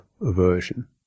aversion